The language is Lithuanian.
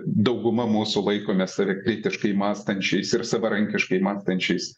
dauguma mūsų laikome save kritiškai mąstančiais ir savarankiškai mąstančiais